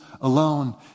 alone